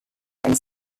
and